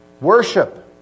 worship